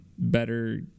Better